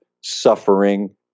suffering